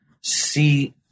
see